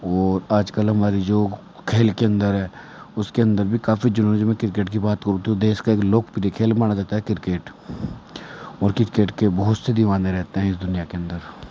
ओर आज कल हमारी जो खेल के अंदर है उसके अंदर भी काफ़ी क्रिकेट की बात करो तो देश का एक लोकप्रिय खेल माना जाता है क्रिकेट ओर क्रिकेट के बहुत से दीवाने रहते हैं इस दुनिया के अंदर